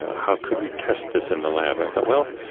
how could we test this in the lab? i thought, well,